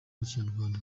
y’ikinyarwanda